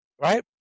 Right